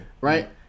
right